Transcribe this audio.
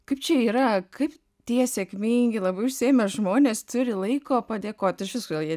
kaip čia yra kaip tie sėkmingi labai užsiėmę žmonės turi laiko padėkot išvis kodėl jie